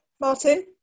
Martin